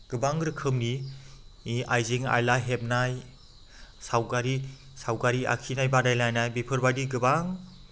गोबां रोखोमनि आइजें आइला हेबनाय सावगारि सावगारि आखिनाय बादायलायनाय बेफोरबायदि गोबां